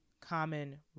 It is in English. common